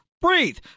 breathe